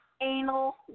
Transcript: Anal